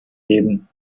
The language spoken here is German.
dem